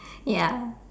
ya